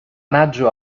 maggio